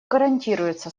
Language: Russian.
гарантируется